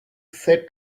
set